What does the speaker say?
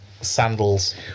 Sandals